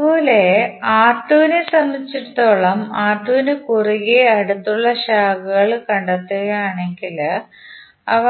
അതുപോലെ R2 നെ സംബന്ധിച്ചിടത്തോളം R2 ന് കുറുകെ അടുത്തുള്ള ശാഖകൾ കണ്ടെത്തുകയാണെങ്കിൽ അവ